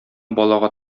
балага